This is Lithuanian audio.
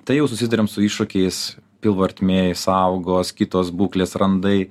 tai jau susiduriam su iššūkiais pilvo ertmėj sąaugos kitos būklės randai